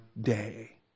day